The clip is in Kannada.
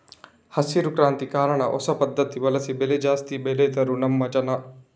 ಹಸಿರು ಕ್ರಾಂತಿ ಕಾರಣ ಹೊಸ ಪದ್ಧತಿ ಬಳಸಿ ಬೆಳೆ ಜಾಸ್ತಿ ಬೆಳೆದ್ರು ನಮ್ಮ ಜನ